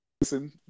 Listen